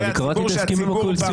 אני קראתי את ההסכמים הקואליציוניים.